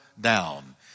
down